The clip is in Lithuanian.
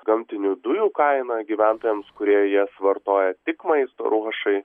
gamtinių dujų kaina gyventojams kurie jas vartoja tik maisto ruošai